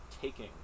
taking